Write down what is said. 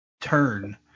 turn